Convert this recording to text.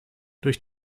durch